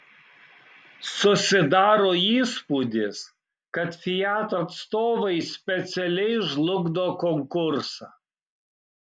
susidaro įspūdis kad fiat atstovai specialiai žlugdo konkursą